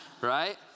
right